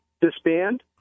disband